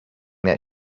that